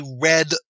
red